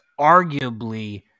arguably